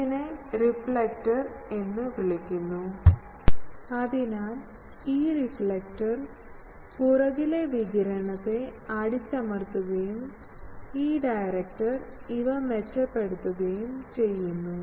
ഇതിനെ റിഫ്ലക്ടർ എന്ന് വിളിക്കുന്നു അതിനാൽ ഈ റിഫ്ലക്റ്റർ പുറകിലെ വികിരണത്തെ അടിച്ചമർത്തുകയും ഈ ഡയറക്ടർ ഇവ മെച്ചപ്പെടുത്തുകയും ചെയ്യുന്നു